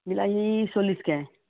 বিলাহী চল্লিছকৈ